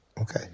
Okay